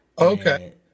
Okay